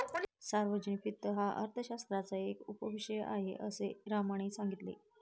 सार्वजनिक वित्त हा अर्थशास्त्राचा एक उपविषय आहे, असे रामने सांगितले